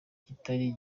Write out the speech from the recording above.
kitari